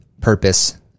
purpose